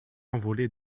envolé